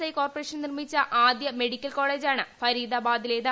I corporation നിർമ്മിച്ച ആദ്യത്തെ medical കോളേജാണ് ഫരീദാബാദിലേത്